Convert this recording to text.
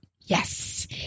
Yes